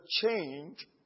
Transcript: change